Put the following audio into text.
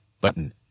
button